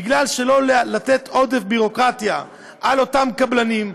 כדי לא לתת עודף ביורוקרטיה לאותם קבלנים,